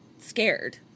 scared